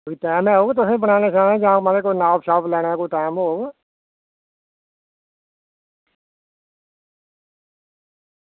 कोई टैम ऐ तुसेंगी बनाने जां कोई मतलब कोई नाप छाप लैने दा कोई टैम होग